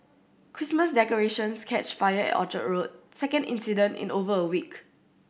Christmas decorations catch fire at Orchard Road second incident in over a week